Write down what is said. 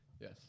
Yes